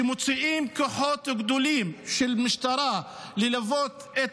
שמוציאים כוחות גדולים של משטרה ללוות את